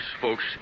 folks